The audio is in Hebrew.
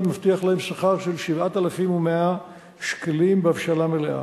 מבטיח להם שכר של 7,100 שקלים בהבשלה מלאה.